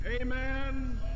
Amen